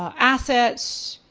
um assets,